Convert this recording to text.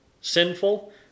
sinful